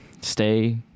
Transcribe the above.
stay